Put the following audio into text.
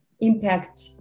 impact